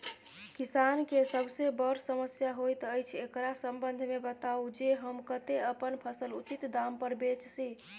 किसान के सबसे बर समस्या होयत अछि, एकरा संबंध मे बताबू जे हम कत्ते अपन फसल उचित दाम पर बेच सी?